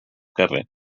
carrer